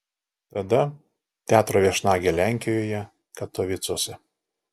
tada teatro viešnagė lenkijoje katovicuose